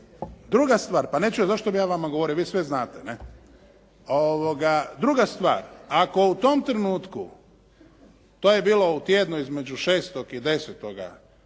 Druga stvar, pa neću, zašto bi ja vama govorio? Vi sve znate, ne? Druga stvar, ako u tom trenutku, to je bilo u tjednu između 6. i 10.